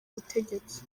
ubutegetsi